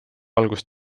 algust